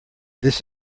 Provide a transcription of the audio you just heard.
this